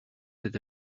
c’est